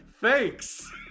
Thanks